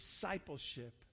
discipleship